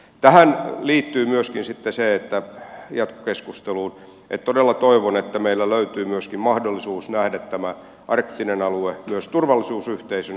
tähän jatkokeskusteluun liittyy myöskin sitten se että todella toivon että meillä löytyy myöskin mahdollisuus nähdä tämä arktinen alue myös turvallisuusyhteisönä